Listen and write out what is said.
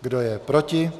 Kdo je proti?